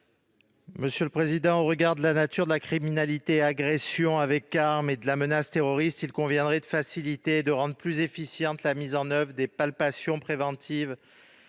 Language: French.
M. Philippe Tabarot. Au regard de la nature de la criminalité- agressions avec armes -et de la menace terroriste, il conviendrait de faciliter et de rendre plus efficiente la mise en oeuvre des palpations préventives